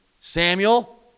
Samuel